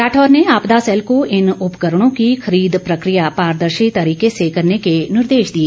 राठौर ने आपदा सैल को इन उपकरणो की खरीद प्रक्रिया पारदर्शी तरीके से करने के निर्देश दिए